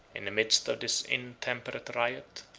in the midst of this intemperate riot,